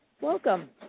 welcome